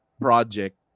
project